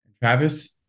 Travis